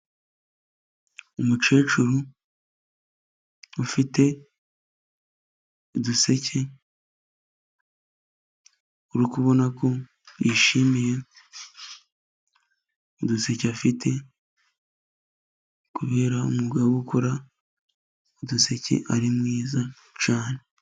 Umukecuru ufite uduseke, uri kubona ko yishimiye uduseke afite ,kubera umugabo ukora uduseke ari mwiza cyane.